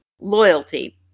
Loyalty